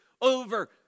over